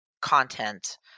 content